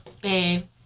babe